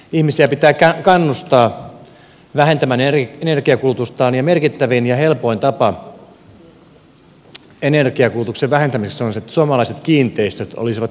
ihmisiä pitää kannustaa vähentämään energiankulutustaan ja merkittävin ja helpoin tapa energiankulutuksen vähentämiseksi on se että suomalaiset kiinteistöt olisivat energiatehokkaampia